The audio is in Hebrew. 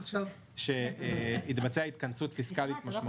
שבו התבצעה התכנסות פיסקאלית משמעותית.